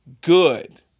good